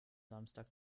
samstag